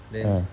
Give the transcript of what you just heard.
then